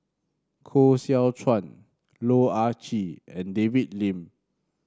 Koh Seow Chuan Loh Ah Chee and David Lim